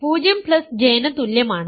aJ 0J ന് തുല്യമാണ്